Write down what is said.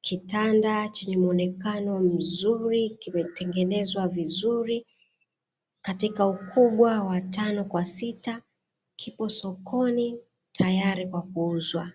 kitanda chenye muonekano mzuri, kimetengenezwa vizuri katika ukubwa wa tano kwa sita, kipo sokoni tayari kwa kuuzwa.